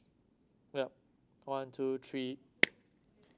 yup one two three